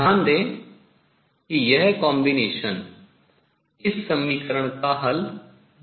ध्यान दें कि यह combination संयोजन इस समीकरण का हल नहीं हो सकता है